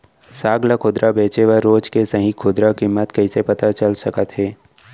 साग ला खुदरा बेचे बर रोज के सही खुदरा किम्मत कइसे पता चल सकत हे?